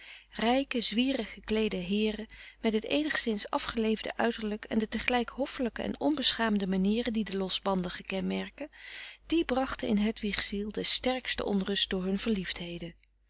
rijke zwierig gekleede heeren met het eenigszins afgeleefde uiterlijk en de tegelijk hoffelijke en onbeschaamde manieren die den losbandige kenmerken die brachten in hedwig's ziel de sterkste onrust door hun verliefdheden